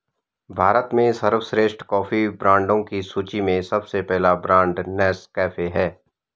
भारत में सर्वश्रेष्ठ कॉफी ब्रांडों की सूची में सबसे पहला ब्रांड नेस्कैफे है